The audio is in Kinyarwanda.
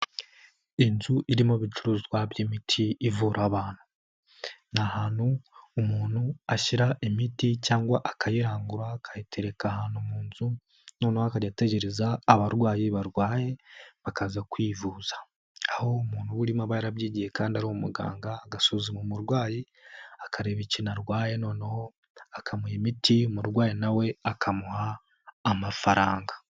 Inzu irimo ibicuruzwa by'imiti ivura abantu. Ni ahantu umuntu ashyira imiti cyangwa akayirangura, akayitereka ahantu mu nzu, noneho akajya ategereza abarwayi barwaye bakaza kwivuza. Aho umuntu uba urimo aba yarabyigiye kandi ari umuganga, agasuzuma umurwayi, akareba ikintu arwaye noneho akamuha imiti, umurwayi na we akamuha amafaranga.